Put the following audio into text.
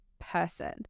person